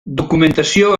documentació